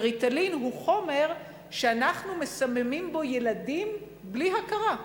ריטלין הוא חומר שאנחנו מסממים בו ילדים בלי הכרה.